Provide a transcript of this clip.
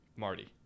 Marty